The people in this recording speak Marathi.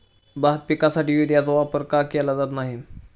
भात पिकासाठी युरियाचा वापर का केला जात नाही?